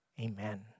Amen